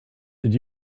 did